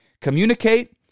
Communicate